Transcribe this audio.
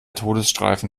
todesstreifen